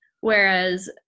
Whereas